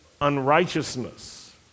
unrighteousness